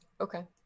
Okay